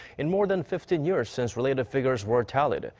in more than fifteen years. since related figures were tallied.